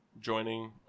joining